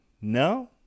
No